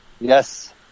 Yes